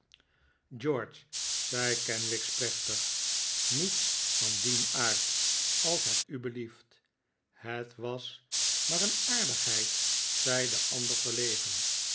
george zei kenwigs plechtig niets van dien aard als het u belief t het was maar een aardigheid zei de ander verlegen